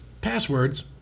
Passwords